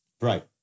Right